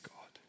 God